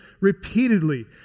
repeatedly